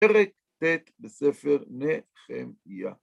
פרק ט' בספר נחמיה